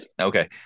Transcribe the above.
Okay